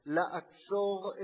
לעצור את